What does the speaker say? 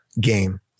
game